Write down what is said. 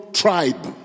tribe